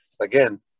again